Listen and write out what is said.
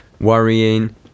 worrying